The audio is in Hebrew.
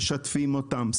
משתפים אותם,